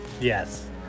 Yes